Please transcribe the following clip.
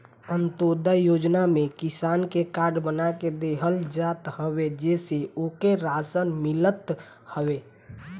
अन्त्योदय योजना में किसान के कार्ड बना के देहल जात हवे जेसे ओके राशन मिलत हवे